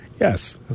Yes